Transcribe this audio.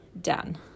done